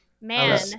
man